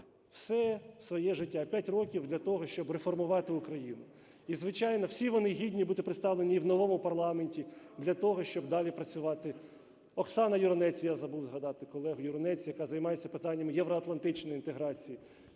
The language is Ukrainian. все своє життя і 5 років для того, щоб реформувати Україну. І, звичайно, всі вони гідні бути представлені і в новому парламенті для того, щоб далі працювати. Оксана Юринець, я забув згадати колегу Юринець, яка займається питаннями євроатлантичної інтеграції.